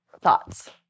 Thoughts